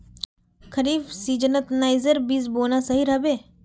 खरीफ सीजनत नाइजर बीज बोना सही रह बे